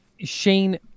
Shane